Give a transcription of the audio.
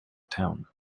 town